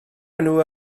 enw